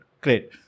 Great